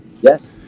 yes